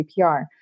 CPR